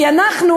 כי אנחנו,